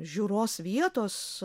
žiūros vietos